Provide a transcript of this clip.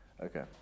Okay